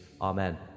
Amen